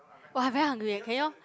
!wah! I very hungry eh can you all